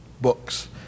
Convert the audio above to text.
books